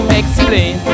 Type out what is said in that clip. explain